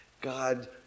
God